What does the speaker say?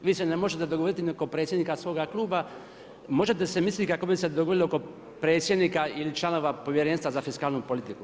Vi se ne možete dogovoriti ni oko predsjednika svoga kluba, možete si misliti kako bi se dogovorili oko predsjednika ili članova Povjerenstva za fiskalnu politiku.